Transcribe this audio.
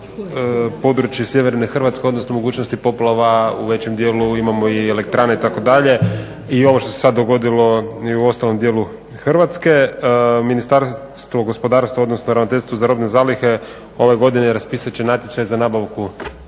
područje sjeverne Hrvatske odnosno mogućnosti poplava. U većem dijelu imamo i elektrane itd. i ovo što se sad dogodilo i u ostalom dijelu Hrvatske. Ministarstvo gospodarstva odnosno Ravnateljstvo za robne zalihe ove godine raspisat će natječaj za nabavku